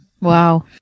Wow